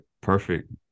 perfect